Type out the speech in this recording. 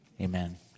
amen